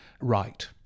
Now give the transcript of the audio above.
right